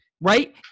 right